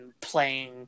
playing